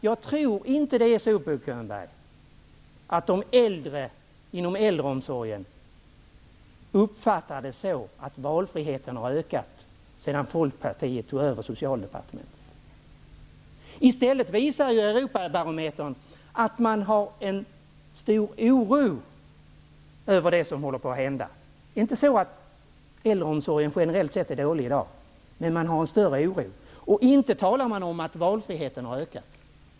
Jag tror inte, Bo Könberg, att de äldre inom äldreomsorgen uppfattar att valfriheten har ökat sedan Folkpartiet tog över Europabarometern att det finns en stor oro över det som håller på att hända. Det är inte så att äldreomsorgen generellt sett är dålig i dag. Men man har en större oro, och inte talar man om att valfriheten har ökat.